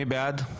מי בעד?